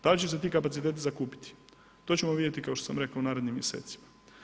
Da li će se ti kapaciteti zakupiti, to ćemo vidjeti, kao što sam rekao, u narednim mjesecima.